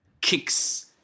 kicks